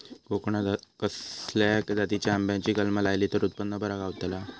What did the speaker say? कोकणात खसल्या जातीच्या आंब्याची कलमा लायली तर उत्पन बरा गावताला?